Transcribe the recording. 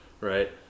right